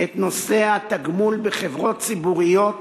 את נושא התגמול בחברות ציבוריות